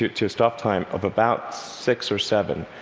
to to stop time, of about six or seven.